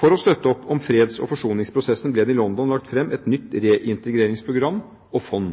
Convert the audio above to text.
For å støtte opp om freds- og forsoningsprosessen ble det i London lagt fram et nytt reintegreringsprogram og -fond.